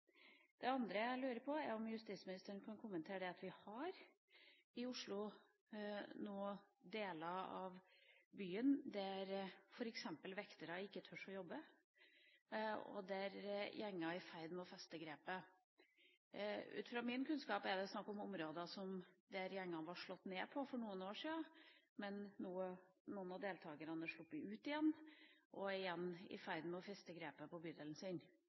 Det andre jeg lurer på, er om justisministeren kan kommentere at vi i Oslo nå har deler av byen der f.eks. vektere ikke tør å jobbe, og der gjenger er i ferd med å feste grepet. Ut fra min kunnskap er det snakk om områder der gjengene ble slått ned på for noen år siden, men hvor noen av deltagerne nå har sluppet ut og igjen er i ferd med å feste grepet på bydelen sin.